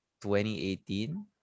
2018